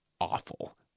awful